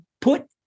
put